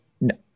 No